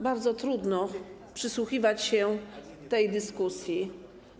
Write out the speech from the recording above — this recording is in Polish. Bardzo trudno przysłuchiwać się tej dyskusji.